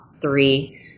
three